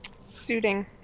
Suiting